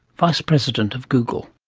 vice president of google.